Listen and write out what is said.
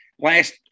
last